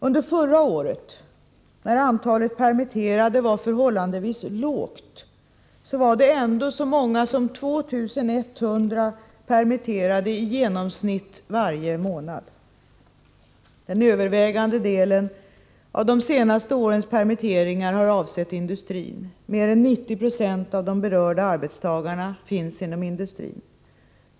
Under förra året — när antalet permitterade ändå var förhållandevis lågt — var så många som 2 100 permitterade i genomsnitt varje månad. Den övervägande delen av de senaste årens permitteringar har avsett industrin. Mer än 90 96 av de berörda arbetstagarna finns inom industrin.